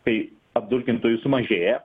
kai apdulkintojų sumažėja